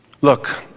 Look